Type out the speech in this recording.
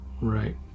right